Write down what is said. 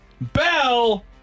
bell